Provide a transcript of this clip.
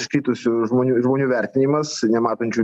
iškritusių žmonių žmonių vertinimas nematančių